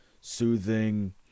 soothing